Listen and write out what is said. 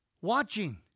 watching